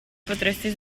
potresti